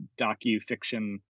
docu-fiction